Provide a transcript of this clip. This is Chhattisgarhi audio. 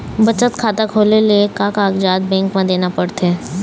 बचत खाता खोले ले का कागजात बैंक म देना पड़थे?